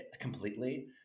completely